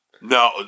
no